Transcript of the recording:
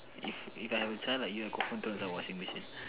if if I have a child like you I go home to the washing machine